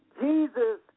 Jesus